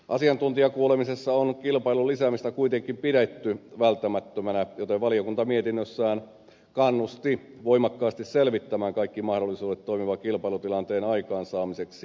asiantuntijakuulemisessa on kilpailun lisäämistä kuitenkin pidetty välttämättömänä joten valiokunta mietinnössään kannusti voimakkaasti selvittämään kaikki mahdollisuudet toimivan kilpailutilanteen aikaan saamiseksi jäänmurtotoimintaan